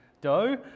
dough